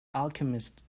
alchemist